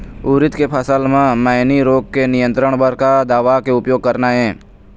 उरीद के फसल म मैनी रोग के नियंत्रण बर का दवा के उपयोग करना ये?